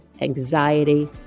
anxiety